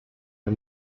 der